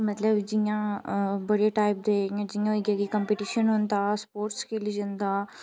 मतलब जि'यां बड़े टाइप दे इ'यां जि'यां होइया की कम्पीटिशन होंदा स्पोर्ट्स खेल्ली जन्दा